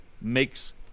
makes